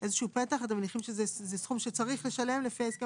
אתם מניחים שזה סכום שצריך לשלם לפי ההסכם